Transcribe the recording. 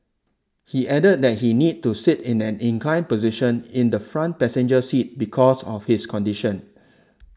he added that he needs to sit in an inclined position in the front passenger seat because of his condition